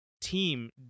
team